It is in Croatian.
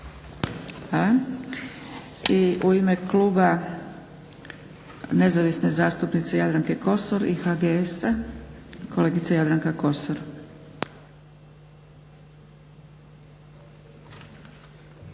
I u ime Kluba nezavisne zastupnice Jadranke Kosor i HGS-a kolegica Jadranka Kosor.